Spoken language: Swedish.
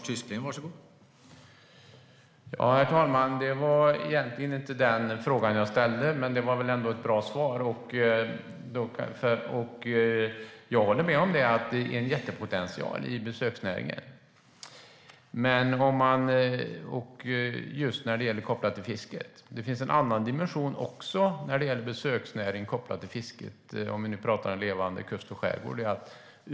Herr talman! Det var egentligen inte svar på den fråga jag ställde, men det var väl ändå ett bra svar. Jag håller med om att det finns en jättepotential i besöksnäringen just kopplat till fisket. Det finns också en annan dimension när det gäller besöksnäring kopplat till fisket, om vi nu talar om en levande kust och skärgård.